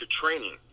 training